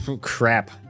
Crap